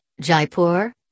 Jaipur